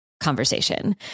conversation